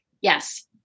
Yes